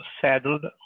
saddled